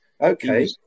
Okay